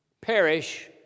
perish